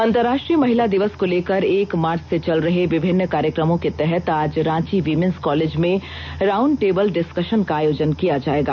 अंतरराष्ट्रीय महिला दिवस को लेकर एक मार्च से चल रहे विभिन्न कार्यक्रमों के तहत आज रांची वीमेंस कॉलेज में राउंड टेबल डिसक्षन का आयोजन किया जायेगा